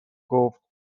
گفت